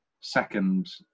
second